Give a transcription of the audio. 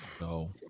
No